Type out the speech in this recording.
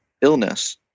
illness